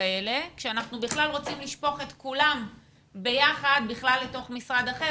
וכאלה כשאנחנו בכלל רוצים לשפוך את כולם ביחד לתוך משרד אחר.